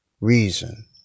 reason